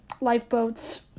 lifeboats